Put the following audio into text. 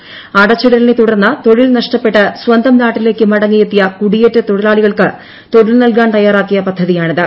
ലോക്ഡ്ട്ടണിന്ന തുടർന്ന് തൊഴിൽ നഷ്ടപ്പെട്ട് സ്വന്തം നാട്ടിലേയ്ക്ക് മടങ്ങിയെത്തിയ കുടിയേറ്റ തൊഴിലാളികൾക്ക് തൊഴിൽ നൽകാൻ തയ്യാറാക്കിയ പദ്ധതിയാണിത്